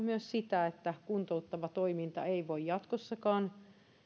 myös sitä että kuntouttava toiminta ei voi jatkossakaan